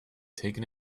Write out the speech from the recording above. taken